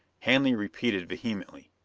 hanley repeated vehemently,